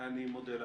אני מודה לך.